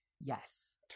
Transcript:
Yes